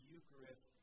Eucharist